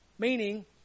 meaning